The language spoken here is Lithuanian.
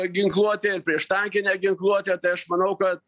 ginkluotė ir prieš tankinę ginkluotę tai aš manau kad